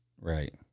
Right